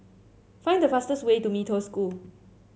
find the fastest way to Mee Toh School